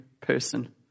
person